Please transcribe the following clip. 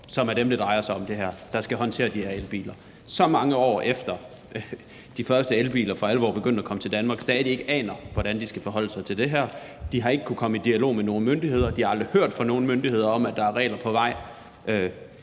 som det her drejer sig om, og som skal håndtere de her elbiler, aner stadig ikke så mange år efter, at de første elbiler for alvor begyndte at komme til Danmark, hvordan de skal forholde sig til det her. De har ikke kunnet komme i dialog med nogen myndigheder; de har aldrig hørt fra nogen myndigheder, at der er regler på vej.